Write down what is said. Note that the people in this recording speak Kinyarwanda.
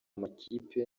makipe